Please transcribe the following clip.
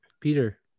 Peter